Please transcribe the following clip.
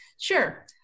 Sure